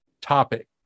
topic